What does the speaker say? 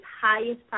highest